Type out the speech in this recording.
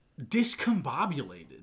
discombobulated